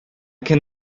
can